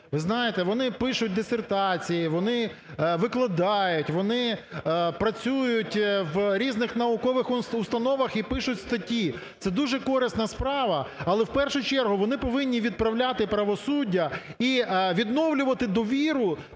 Ви знаєте, вони пишуть дисертації, вони викладають, вони працюють в різних наукових установах і пишуть статті. Це дуже корисна справа, але в першу чергу вони повинні відправляти правосуддя і відновлювати довіру